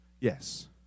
yes